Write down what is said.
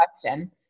question